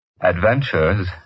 Adventures